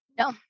No